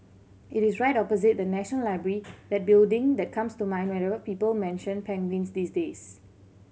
it is right opposite the National Library that building that comes to mind whenever people mention penguins these days